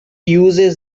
uses